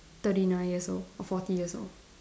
thirty nine years old or forty years